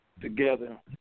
together